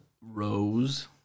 rose